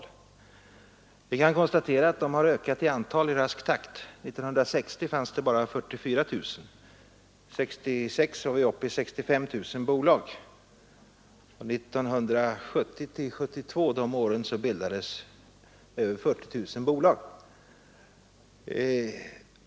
Vi kan vidare konstatera att de har ökat i Konvertibla skuldeantal i rask takt. År 1960 fanns det bara 44 000, år 1966 var vi uppe i brev m.m. 65 000 bolag och under åren 1970—1972 bildades över 40 000 bolag.